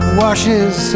washes